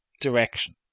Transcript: direction